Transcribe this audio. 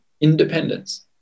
independence